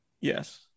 Yes